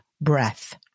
breath